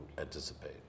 anticipate